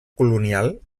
colonial